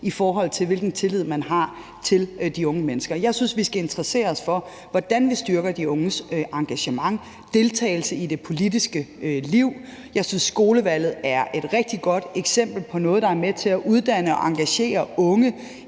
i forhold til hvilken tillid man har til de unge mennesker. Jeg synes, vi skal interessere os for, hvordan vi styrker de unges engagement og deltagelse i det politiske liv. Jeg synes, skolevalget er et rigtig godt eksempel på noget, der er med til at uddanne og engagere unge